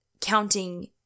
counting